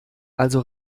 also